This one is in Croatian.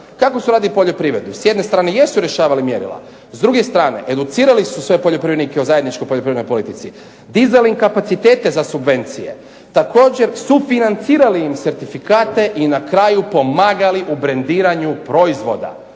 kako su radili poljoprivredu? S jedne strane jesu rješavali mjerila, s druge strane educirali su sve poljoprivrednike o zajedničkoj poljoprivrednoj politici, dizali im kapacitete za subvencije, također sufinancirali im certifikate i na kraju pomagali u brendiranju proizvoda.